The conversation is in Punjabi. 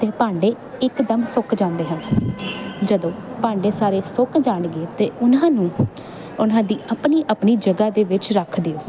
ਅਤੇ ਭਾਂਡੇ ਇੱਕਦਮ ਸੁੱਕ ਜਾਂਦੇ ਹਨ ਜਦੋਂ ਭਾਂਡੇ ਸਾਰੇ ਸੁੱਕ ਜਾਣਗੇ ਤਾਂ ਉਹਨਾਂ ਨੂੰ ਉਹਨਾਂ ਦੀ ਆਪਣੀ ਆਪਣੀ ਜਗ੍ਹਾ ਦੇ ਵਿੱਚ ਰੱਖ ਦਿਓ